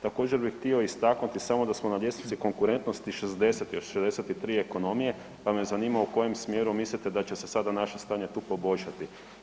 Također bi htio istaknuti samo da smo na ljestvici konkurentnosti 60-ti od 63 ekonomije pa me zanima u kojem smjeru mislite da će se sada naše stanje tu poboljšati.